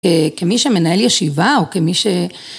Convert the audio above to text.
כמי שמנהל ישיבה, או כמי ש...